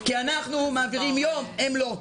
כי אנחנו מעבירים יום והם לא.